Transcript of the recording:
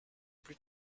plus